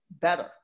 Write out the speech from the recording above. better